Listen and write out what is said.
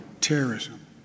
Terrorism